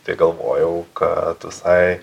tai galvojau kad visai